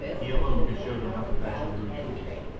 he alone could show them how to fashion rude tools,